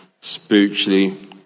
spiritually